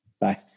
Bye